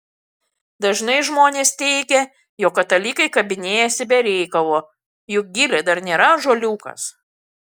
dažnai žmonės teigia jog katalikai kabinėjasi be reikalo juk gilė dar nėra ąžuoliukas